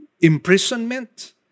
Imprisonment